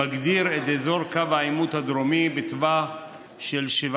מגדיר את אזור קו העימות הדרומי בטווח של 7